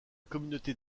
communauté